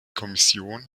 kommission